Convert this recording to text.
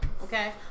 Okay